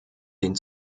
den